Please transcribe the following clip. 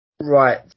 Right